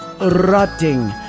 rotting